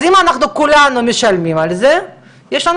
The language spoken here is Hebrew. אם אנחנו כולנו משלמים על זה אז יש לנו